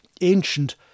ancient